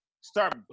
start